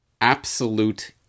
Absolute